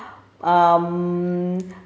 um